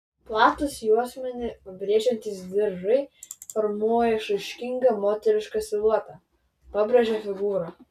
platūs juosmenį pabrėžiantys diržai formuoja išraiškingą moterišką siluetą pabrėžia figūrą